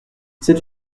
c’est